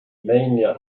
mania